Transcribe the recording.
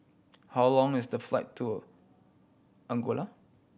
how long is the flight to Angola